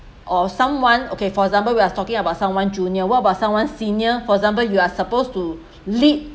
or someone okay for example we are talking about someone junior what about someone senior for example you are supposed to lead